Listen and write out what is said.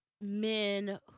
men